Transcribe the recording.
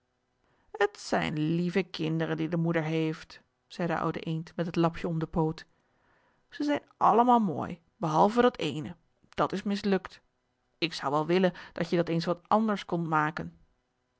het zijn lieve kinderen die de moeder heeft zei de oude eend met het lapje om den poot zij zijn allemaal mooi behalve dat eene dat is mislukt ik zou wel willen dal je dat eens wat anders kondt maken